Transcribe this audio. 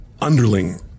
underling